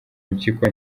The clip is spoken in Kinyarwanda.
impyiko